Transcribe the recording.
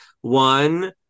One